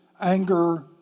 anger